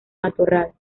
matorral